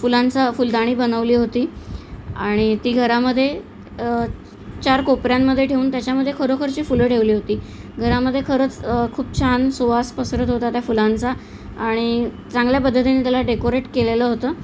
फुलांचा फुलदाणी बनवली होती आणि ती घरामध्ये चार कोपऱ्यांमधे ठेऊन त्याच्यामध्ये खरोखरची फुलं ठेवली होती घरामध्ये खरंच खूप छान सुवास पसरत होता त्या फुलांचा आणि चांगल्या पद्धतीने त्याला डेकोरेट केलेलं होतं